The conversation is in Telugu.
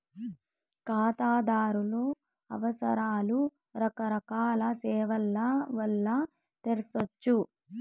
కాతాదార్ల అవసరాలు రకరకాల సేవల్ల వల్ల తెర్సొచ్చు